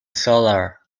cellar